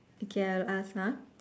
okay I will ask ah